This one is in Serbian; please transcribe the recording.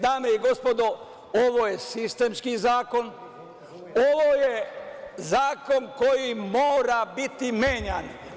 Dame i gospodo, ovo je sistemski zakon, ovo je zakon koji mora biti menjan.